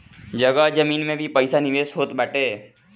जगह जमीन में भी पईसा निवेश होत बाटे